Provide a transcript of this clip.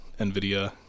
nvidia